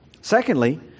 Secondly